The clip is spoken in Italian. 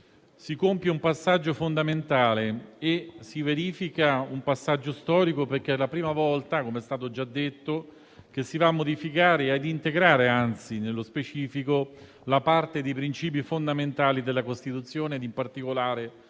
si compie un passaggio fondamentale, un passaggio storico perché è la prima volta - come è stato già detto - che si va modificare - a integrare, anzi, nello specifico - la parte dei principi fondamentali della Costituzione, in particolare l'articolo 9.